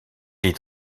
est